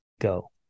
go